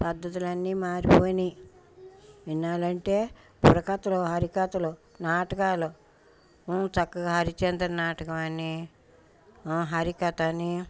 పద్ధతులన్నీ మారిపోయినాయి ఇన్నాళ్ళు అంటే బుర్రకథలు హరికథలు నాటకాలు చక్కగా హరిశ్చంద్రుని నాటకం అని హరికథ అని